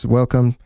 Welcome